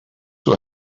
will